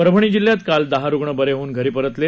परभणी जिल्ह्यात काल दहा रुग्ण बरे होऊन घरी गेले